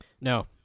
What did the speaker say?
No